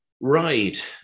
Right